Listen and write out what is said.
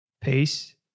peace